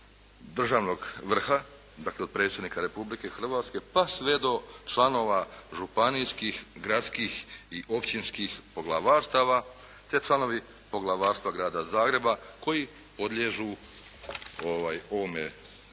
državnog vrha, dakle od Predsjednika Republike Hrvatske, pa sve do članova županijskih, gradskih i općinskih poglavarstava, te članovi Poglavarstva Grada Zagreba koji podliježu ovome